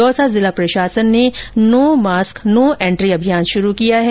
दौसा प्रशासन ने no mask no entry अभियान शुरू किया है